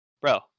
bro